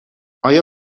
آیا